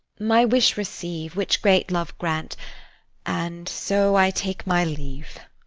my wish receive, which great love grant and so i take my leave.